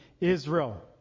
Israel